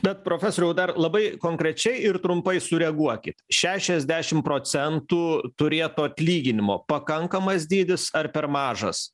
bet profesoriau dar labai konkrečiai ir trumpai sureaguokit šešiasdešim procentų turėto atlyginimo pakankamas dydis ar per mažas